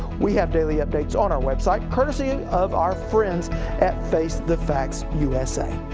we have daily updates on our website courtesy of our friends at face the facts usa.